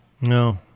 No